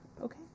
Okay